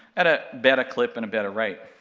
at a better clip and a better rate.